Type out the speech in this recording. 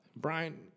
Brian